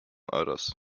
others